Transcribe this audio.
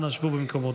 אנא שבו במקומותיכם.